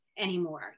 Anymore